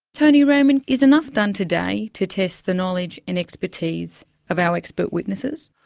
tony raymond, is enough done today to test the knowledge and expertise of our expert witnesses?